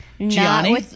Gianni